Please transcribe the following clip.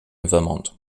vermont